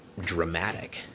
dramatic